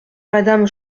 madame